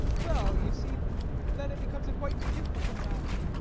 well, you see then it becomes a quite different matter.